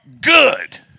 good